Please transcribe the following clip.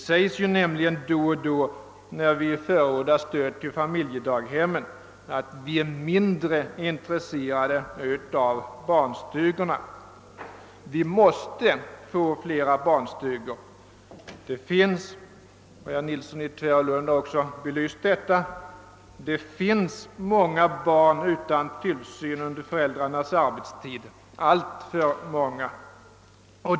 När vi förordar stöd till familjedaghem sägs det nämligen då och då, att vi är mindre intresserade av barnstugorna. Vi anser att vi måste få flera barnstugor. Det finns — herr Nilsson i Tvärålund har nyss belyst detta — många barn utan tillsyn under för: äldrarnas arbetstid, alltför många.